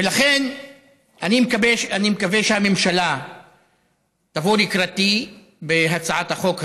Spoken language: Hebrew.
ולכן אני מקווה שהממשלה תבוא לקראתי בהצעת החוק הזאת,